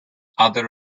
other